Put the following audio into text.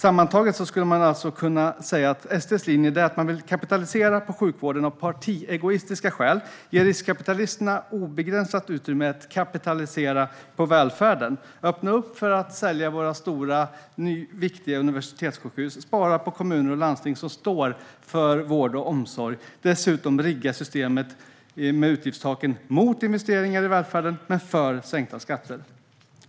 Sammantaget skulle man alltså kunna säga att SD:s linje är att kapitalisera på sjukvården av partiegoistiska skäl, ge riskkapitalisterna obegränsat utrymme att kapitalisera på välfärden, öppna för att sälja våra stora och viktiga universitetssjukhus, spara på kommuner och landsting, som står för vård och omsorg, och dessutom rigga systemet med utgiftstaken mot investeringar i välfärden men för sänkta skatter.